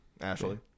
Ashley